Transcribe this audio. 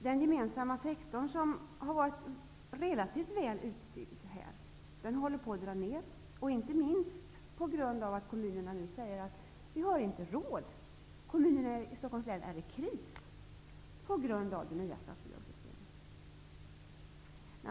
Den gemensamma sektorn, som här har varit relativt väl utbyggd, håller på att minska, inte minst på grund av att man i kommunerna säger sig inte ha råd med verksamheten, eftersom man befinner sig i kris till följd av det nya statsbidragssystemet.